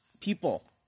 people